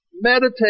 meditate